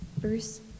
Bruce